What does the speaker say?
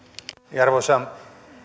arvoisa